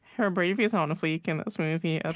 her bravery is ah on fleek in this movie. ah